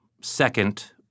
second